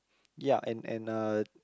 ya and and uh